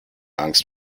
angst